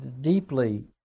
deeply